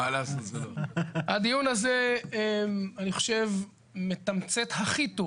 הדיון הזה אני חושב מתמצת הכי טוב